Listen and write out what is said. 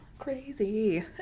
Crazy